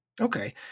Okay